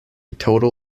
total